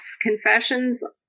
confessions